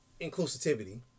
inclusivity